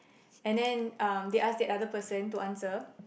and then um they ask that other person to answer